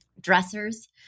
Dressers